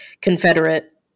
Confederate